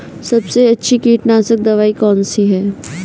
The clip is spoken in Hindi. सबसे अच्छी कीटनाशक दवाई कौन सी है?